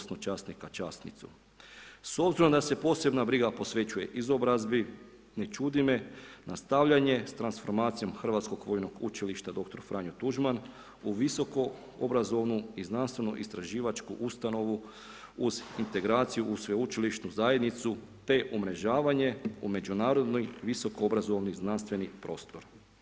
S obzirom da se posebna briga posvećuje izobrazbi, ne čudi me nastavljanje s transformacijom Hrvatskog vojnog učilišta dr. Franjo Tuđman u visokoobrazovnu i znanstvenoistraživačku ustanovu uz integraciju, u sveučilišnu zajednicu te umrežavanja u međunarodno visoko obrazovni znanstveni prostor.